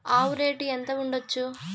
ఆవు రేటు ఎంత ఉండచ్చు?